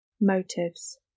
Motives